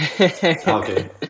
Okay